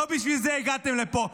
לא בשביל זה הגעתם לפה.